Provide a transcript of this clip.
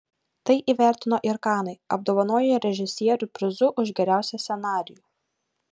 tai įvertino ir kanai apdovanoję režisierių prizu už geriausią scenarijų